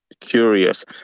curious